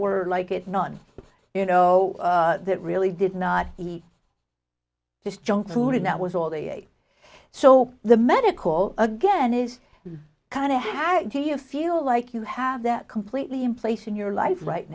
were like it not you know that really did not eat this junk food and that was all they so the medical again is kind of how do you feel like you have that completely in place in your life right